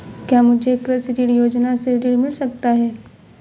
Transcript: क्या मुझे कृषि ऋण योजना से ऋण मिल सकता है?